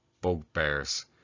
bugbears